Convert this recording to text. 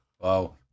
Wow